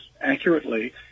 accurately